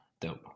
dope